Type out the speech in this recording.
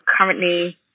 currently